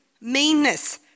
meanness